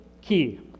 key